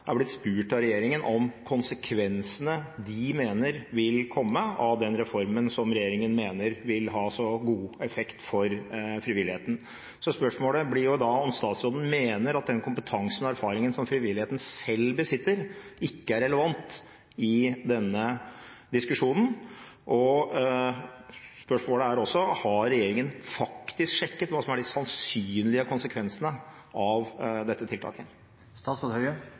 er blitt spurt av regjeringen om konsekvensene de mener vil komme av den reformen som regjeringen mener vil ha så god effekt for frivilligheten. Spørsmålet blir da om statsråden mener at den kompetansen og erfaringen som frivilligheten selv besitter, ikke er relevant i denne diskusjonen? Og spørsmålet er også: Har regjeringen faktisk sjekket hva som er de sannsynlige konsekvensene av dette tiltaket?